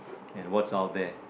and what's out there